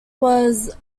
was